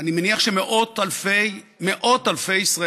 אני מניח שמאות אלפי ישראלים,